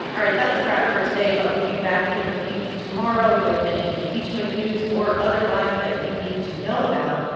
all right, that's a wrap for today. but we'll be back in your feeds tomorrow with any impeachment news or otherwise that you'd need to know about.